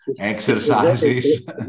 exercises